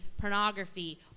pornography